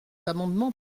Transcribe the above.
amendement